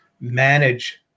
manage